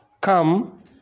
Come